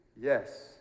Yes